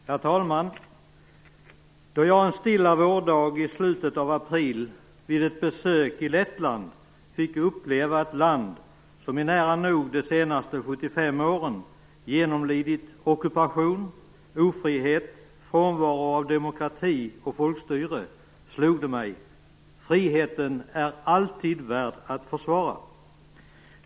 Herr talman! Då jag en stilla vårdag i slutet av april vid ett besök i Lettland fick uppleva ett land som i nära nog de senaste 75 åren genomlidit ockupation, ofrihet, frånvaro av demokrati och folkstyre slog det mig att friheten alltid är värd att försvara.